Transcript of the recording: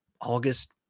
August